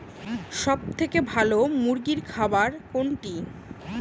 সবথেকে ভালো মুরগির খাবার কোনটি?